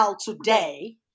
today